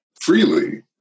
freely